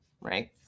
right